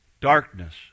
Darkness